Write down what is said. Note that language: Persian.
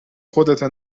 خودته